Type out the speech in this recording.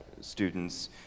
students